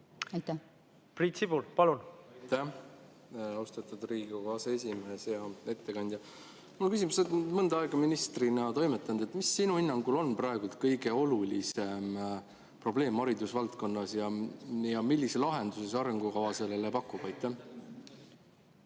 palun! Priit Sibul, palun! Aitäh, austatud Riigikogu aseesimees! Hea ettekandja! Sa oled mõnda aega ministrina toimetanud. Mis sinu hinnangul on praegu kõige olulisem probleem haridusvaldkonnas ja millise lahenduse see arengukava sellele pakub? Aitäh,